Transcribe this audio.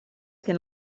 can